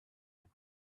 him